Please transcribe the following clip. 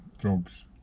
drugs